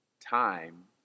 time